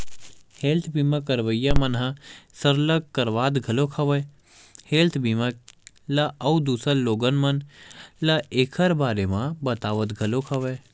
health बीमा करवइया मन ह सरलग करवात घलोक हवय हेल्थ बीमा ल अउ दूसर लोगन मन ल ऐखर बारे म बतावत घलोक हवय